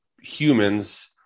humans